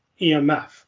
EMF